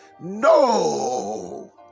No